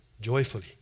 joyfully